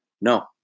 No